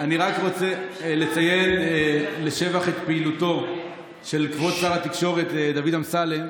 אני רק רוצה לציין לשבח את פעילותו של כבוד שר התקשורת דוד אמסלם.